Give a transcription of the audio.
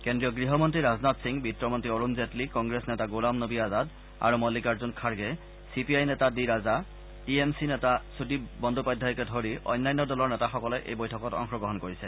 কেন্দ্ৰীয় গৃহমন্নী ৰাজনাথ সিং বিত্তমন্নী অৰুণ জেটলী কংগ্ৰেছ নেতা গোলাম নবী আজাদ আৰু Mallikarjun Kharge C P I নেতা D Raja T M C নেতা সূদীপ বন্দোপাধ্যায়কে ধৰি অন্যান্য দলৰ নেতাসকলে এই বৈঠকত অংশগ্ৰহণ কৰিছে